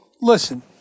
Listen